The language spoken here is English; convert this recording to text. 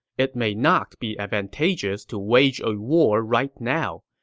it may not be advantageous to wage a war right now.